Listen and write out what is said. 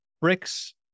Bricks